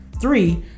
Three